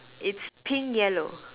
it's pink yellow